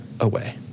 away